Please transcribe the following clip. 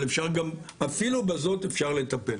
אבל אפילו בזאת אפשר לטפל.